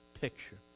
picture